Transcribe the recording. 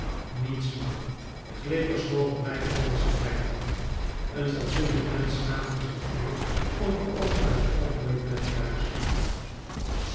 niets man glippers mogen mij alles verwijten een fatsoenlijk mensch schaamt er zich voor om er ook maar een oogenblik naar te luisteren